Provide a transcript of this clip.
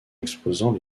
exposant